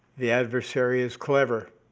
the adversary is clever.